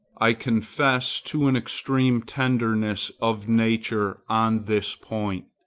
i confess to an extreme tenderness of nature on this point.